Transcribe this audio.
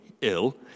ill